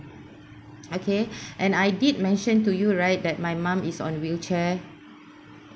okay and I did mention to you right that my mum is on wheelchair